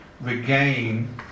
regain